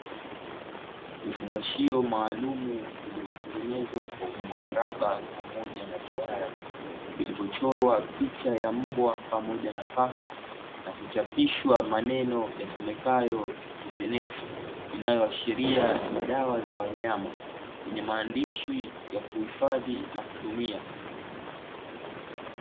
Vifungashio maalumu vilivyotengenezwa kwa umbo mraba pamoja na duara, vilivyochorwa pichaya mbwa pamoja na paka, na kuchapishwa maneno yasomekayo (Vetenex), inayoashiria ni dawa za wanyama; yenye maandishi ya kuhifadhi na kutumia.